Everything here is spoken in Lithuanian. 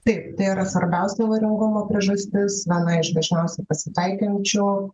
taip tai yra svarbiausia avaringumo priežastis viena iš dažniausiai pasitaikančių